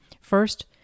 First